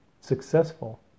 successful